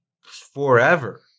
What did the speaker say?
forever